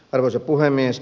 arvoisa puhemies